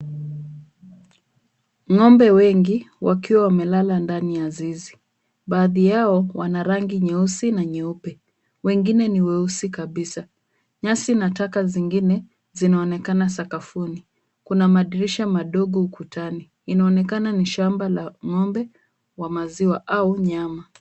Ng'ombe wengi wakiwa wamelala ndani ya zizi. Baadhi yao wana rangi nyeusi na nyeupe. Wengine ni weusi kabisa. Nyasi na taka zingine zinaonekana sakafuni. Kuna madirisha madogo ukutani. Inaonekana ni shamba la ng'ombe wa maziwa au nyama.